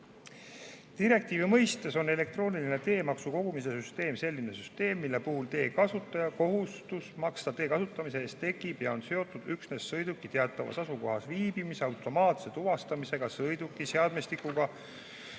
Direktiivi mõistes on elektrooniline teemaksu kogumise süsteem selline süsteem, mille puhul tee kasutaja kohustus maksta tee kasutamise eest tekib ja on seotud üksnes sõiduki teatavas asukohas viibimise automaatse tuvastamisega sõiduki seadmestikuga